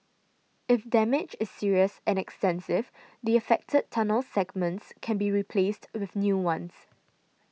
if damage is serious and extensive the affected tunnel segments can be replaced with new ones